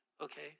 okay